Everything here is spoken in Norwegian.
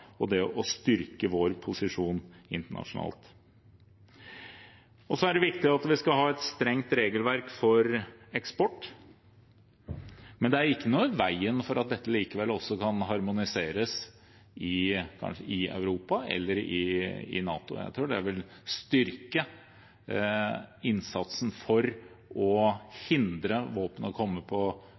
og gjennom å styrke vår posisjon internasjonalt. Det er viktig at vi har et strengt regelverk for eksport, men det er ikke noe i veien for at dette likevel kan harmoniseres i Europa eller i NATO. Jeg tror det vil styrke innsatsen for å hindre våpen i å komme på